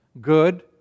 good